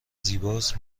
زیباست